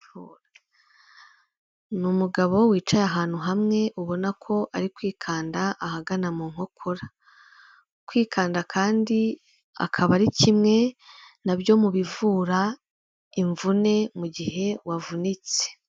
Ni umugabo wicaye ahantu hamwe, ubona ko ari kwikanda ahagana mu nkokora, kwikanda kandi, akaba ari kimwe nabyo mu bivura imvune mu gihe wavunitse.